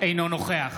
אינו נוכח